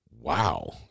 Wow